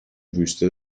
wüste